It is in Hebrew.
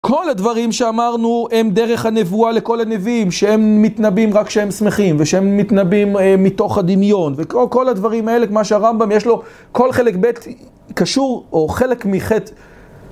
כל הדברים שאמרנו הם דרך הנבואה לכל הנביאים שהם מתנבאים רק כשהם שמחים ושהם מתנבאים מתוך הדמיון וכל הדברים האלה כמו שהרמב״ם יש לו כל חלק ב קשור או חלק מ־ח